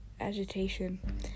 agitation